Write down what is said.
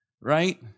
Right